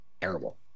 terrible